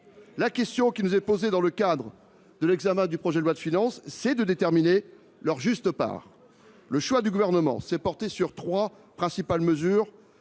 gestionnaires. Reste que, dans le cadre de l’examen du projet de loi de finances, nous devons déterminer leur juste part. Le choix du Gouvernement s’est porté sur trois principales mesures